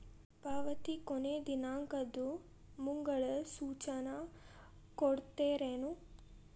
ಪಾವತಿ ಕೊನೆ ದಿನಾಂಕದ್ದು ಮುಂಗಡ ಸೂಚನಾ ಕೊಡ್ತೇರೇನು?